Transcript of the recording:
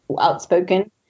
outspoken